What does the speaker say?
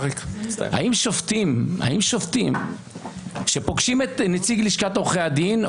האם שופטים שפוגשים את נציג לשכת עורכי הדין,